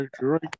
right